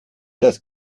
das